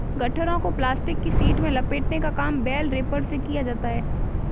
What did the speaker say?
गट्ठरों को प्लास्टिक की शीट में लपेटने का काम बेल रैपर से किया जाता है